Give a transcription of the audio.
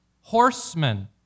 horsemen